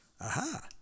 Aha